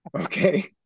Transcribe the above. okay